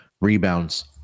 rebounds